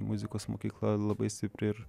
muzikos mokykla labai stipri ir